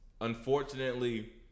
unfortunately